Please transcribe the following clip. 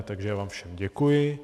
Takže já vám všem děkuji.